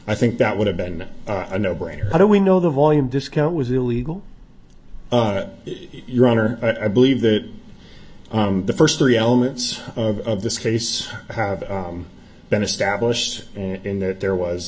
i think that would have been a no brainer how do we know the volume discount was illegal your honor i believe that the first three elements of this case have been established in that there was